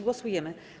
Głosujemy.